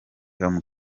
tom